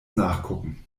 nachgucken